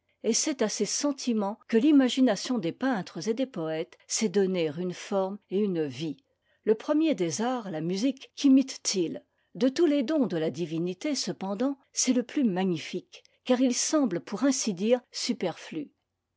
et c'est à ces sentiments que l'imagination des peintres et des poëtes sait donner une forme et une vie le premier des arts la musique quimite t il de tous les dons de la divinité cependant c'est le plus magnifique car il semble pour ainsi dire superflu